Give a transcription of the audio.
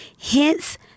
Hence